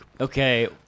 okay